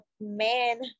man